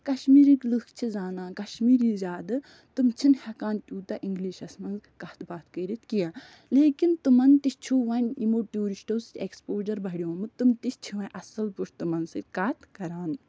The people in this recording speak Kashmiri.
کَشمیٖرٕکۍ لُکھ چھِ زانان کَشمیٖری زیادٕ تِم چھِنہٕ ہٮ۪کان تیٛوٗتاہ اِنگلیٖشَس منٛز کَتھ باتھ کٔرِتھ کیٚنٛہہ لیکِن تِمَن تہِ چھُو وۅنۍ یِمَو ٹیٛوٗرِسٹَو سۭتۍ ایکٕسپوجَر بڈیوٚمُت تِم تہِ چھِ وۅنۍ اَصٕل پٲٹھۍ تِمَن سۭتۍ کَتھ کَران